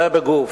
זה בגוף.